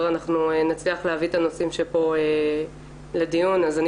אנחנו נצליח להביא את הנושאים שפה לדיון אז אני